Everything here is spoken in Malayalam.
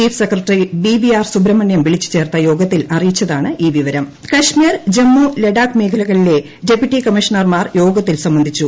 ചീഫ് സെക്രട്ടറി ബിവിആർ സുബ്രഹ്മണൃം വിളിച്ചുചേർത്ത യോഗത്തിൽ അറിയിച്ചാണ് ഈ വിവരം ്യ കശ്മീർ ജമ്മു ലഡാഖ് മേഖലകളിലെ ഡെപ്യൂട്ടി കമ്മീഷ്ണർമാർ യോഗത്തിൽ സംബന്ധിച്ചു